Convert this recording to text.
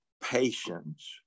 patience